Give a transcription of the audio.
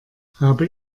habe